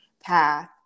path